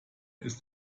ist